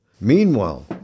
Meanwhile